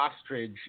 ostrich